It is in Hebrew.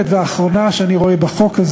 חברת הכנסת רות קלדרון, יש לך חמש דקות.